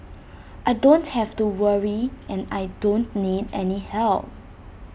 I don't have to worry and I don't need any help